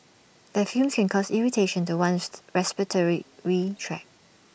their fumes can cause irritation to one's respiratory retract